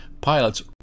pilots